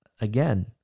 again